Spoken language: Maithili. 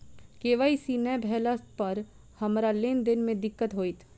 के.वाई.सी नै भेला पर हमरा लेन देन मे दिक्कत होइत?